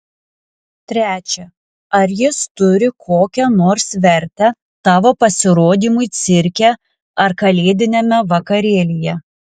trečia ar jis turi kokią nors vertę tavo pasirodymui cirke ar kalėdiniame vakarėlyje